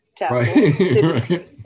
Right